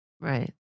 Right